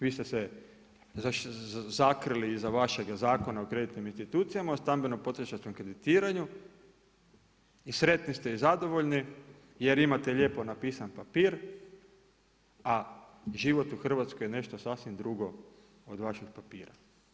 Vi ste se sakrili iza vašeg Zakona o kreditnog institucijama, o stambenom potrošačkom kreditiranju i sretni ste i zadovoljni jer imate lijepo napisani papir, a život u Hrvatskoj je nešto sasvim drugo od vašeg papira.